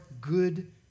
good